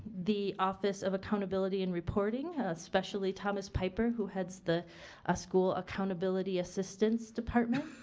the office of accountability and reporting, especially thomas piper who heads the ah school accountability assistance department.